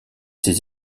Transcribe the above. ses